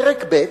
פרק ב'.